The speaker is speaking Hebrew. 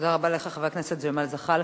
תודה רבה לך, חבר הכנסת ג'מאל זחאלקה.